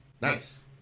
nice